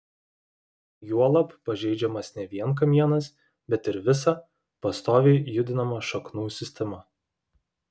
juolab pažeidžiamas ne vien kamienas bet ir visa pastoviai judinama šaknų sistema